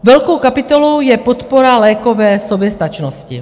Velkou kapitolou je podpora lékové soběstačnosti.